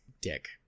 dick